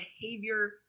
behavior